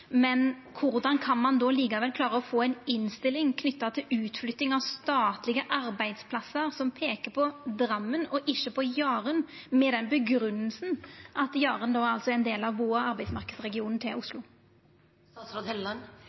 Men korleis kan ein då likevel få ei innstilling knytt til utflytting av statlege arbeidsplassar som peiker på Drammen og ikkje på Jaren, med grunngjevinga at Jaren er ein del av bu- og arbeidsmarknadsregionen til Oslo?